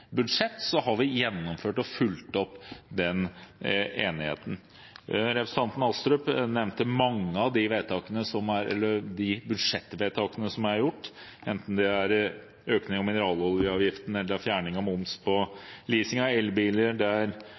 budsjett, har vi gjennomført og fulgt opp den enigheten. Representanten Astrup nevnte mange av de budsjettvedtakene som er gjort, enten det er økning av mineraloljeavgiften, fjerning av moms på leasing av elbiler,